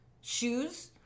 shoes